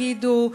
תגידו,